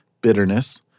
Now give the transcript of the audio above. bitterness